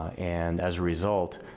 and as a result,